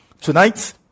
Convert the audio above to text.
tonight